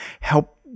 help